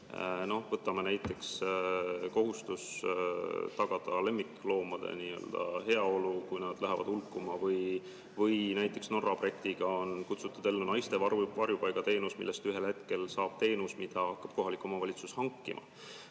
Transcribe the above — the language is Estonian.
Võtame näiteks kohustuse tagada lemmikloomade heaolu, kui nad lähevad hulkuma, või Norra projektiga ellu kutsutud naiste varjupaiga teenuse, millest ühel hetkel saab teenus, mida hakkab kohalik omavalitsus hankima.